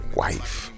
wife